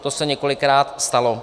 To se několikrát stalo.